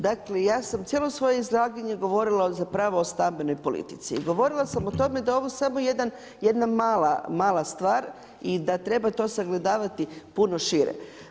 Dakle, ja sam cijelo svoje izlaganje govorila zapravo o stambenoj politici i govorila sam o tome da je ovo samo jedna mala stvar i da treba to sagledavati puno šire.